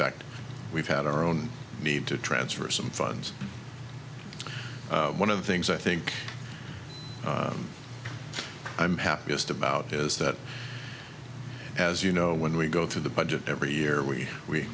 fact we've had our own need to transfer some funds one of the things i think i'm happiest about is that as you know when we go through the budget every year we we